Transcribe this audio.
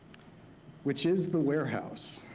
which is the warehouse.